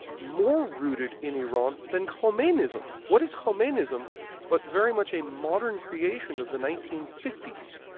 more rooted in iran than khomenism. what is khomenism but very much a modern creation of the nineteen fifty s,